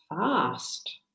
fast